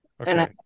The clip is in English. Okay